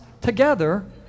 together